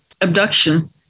abduction